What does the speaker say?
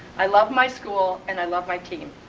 i love my school and i love my team.